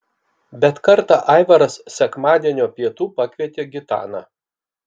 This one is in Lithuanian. bet kartą aivaras sekmadienio pietų pakvietė gitaną